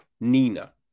Nina